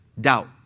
doubt